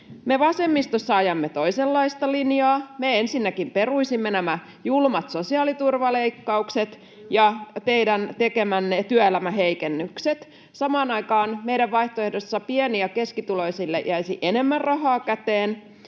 vasemmistossa ajamme toisenlaista linjaa. Me ensinnäkin peruisimme nämä julmat sosiaaliturvaleikkaukset ja teidän tekemänne työelämäheikennykset. Samaan aikaan meidän vaihtoehdossa pieni‑ ja keskituloisille jäisi enemmän rahaa käteen.